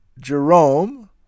Jerome